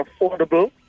affordable